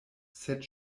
sed